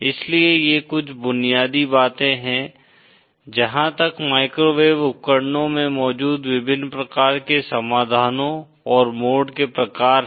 इसलिए ये कुछ बुनियादी बातें हैं जहां तक माइक्रोवेव उपकरणों में मौजूद विभिन्न प्रकार के समाधानों और मोड के प्रकार हैं